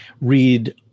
read